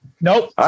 Nope